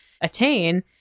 attain